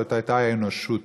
זאת הייתה האנושות.